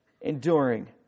enduring